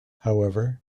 however